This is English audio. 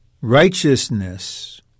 Righteousness